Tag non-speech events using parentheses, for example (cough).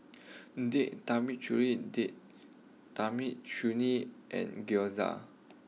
(noise) date Tamarind date Tamarind Chutney and Gyoza